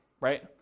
right